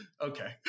okay